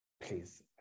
please